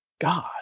God